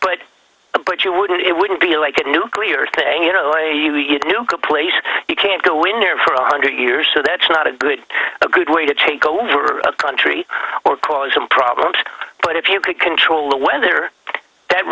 but but you wouldn't it wouldn't be like a nuclear thing in a way you you knew could place you can't go in there for a hundred years so that's not a good a good way to take over a country or cause some problems but if you could control the weather that